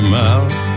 mouth